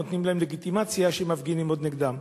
נותנים להם לגיטימציה שמפגינים עוד נגדם.